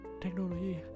Technology